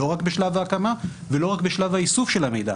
לא רק בשלב ההקמה ולא רק בשלב האיסוף של המידע.